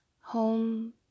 home